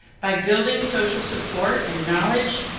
by building social support and knowledge,